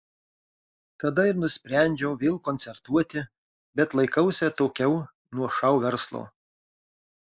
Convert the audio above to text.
tada ir nusprendžiau vėl koncertuoti bet laikausi atokiau nuo šou verslo